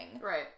Right